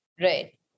Right